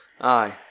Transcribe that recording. aye